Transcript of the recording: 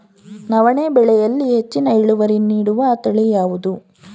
ನವಣೆ ಬೆಳೆಯಲ್ಲಿ ಹೆಚ್ಚಿನ ಇಳುವರಿ ನೀಡುವ ತಳಿ ಯಾವುದು?